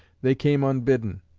they came unbidden,